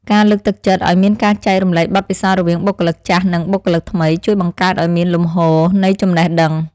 ការលើកទឹកចិត្តឱ្យមានការចែករំលែកបទពិសោធន៍រវាងបុគ្គលិកចាស់និងបុគ្គលិកថ្មី ជួយបង្កើតឱ្យមានលំហូរនៃចំណេះដឹង។